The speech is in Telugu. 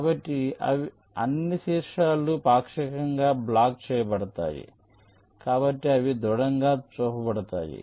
కాబట్టి అన్ని శీర్షాలు పాక్షికంగా బ్లాక్ చేయబడతాయి కాబట్టి అవి దృఢంగా చూపబడతాయి